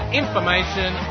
information